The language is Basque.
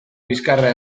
bizkarra